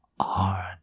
Hard